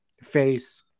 face